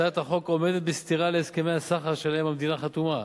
הצעת החוק עומדת בסתירה להסכמי הסחר שעליהם המדינה חתומה,